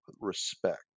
respect